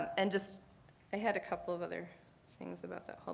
and just i had a couple of other things about that, hold